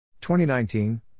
2019